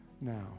now